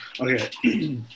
Okay